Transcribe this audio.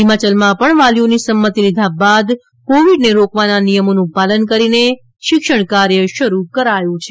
હિમાચલમાં પણ વાલીઓની સંમતિ લીધા બાદ કોવિડને રોકવાના નિયમોનું પાલન કરીને શિક્ષણ કાર્ય શરૂ કરાયું છે